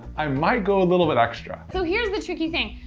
i might go a little bit extra. so here's the tricky thing.